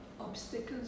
Obstacles